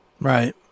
right